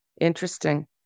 Interesting